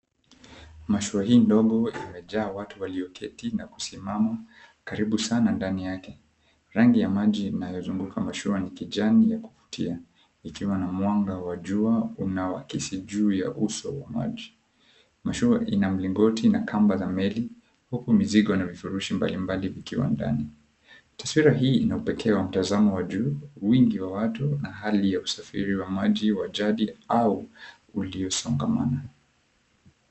Mashua hii ndogo imejaa watu walioketi na kusimama karibu sana ndani yake. Rangi ya maji inayozunguka mashua ni kijani ya kuvutia, ikiwa na mwanga wa jua unaoakisi juu ya uso wa maji. Mashua ina mlingoti na kamba za meli, huku mizigo na vifurushi mbalimbali vikiwa ndani. Taswira hii ina upekee wa mtazamo wa juu, wingi wa watu, na hali ya usafiri wa maji wa jadi au uliosongamana.